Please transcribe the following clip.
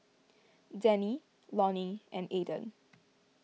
Danny Lonny and Aydan